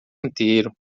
inteiro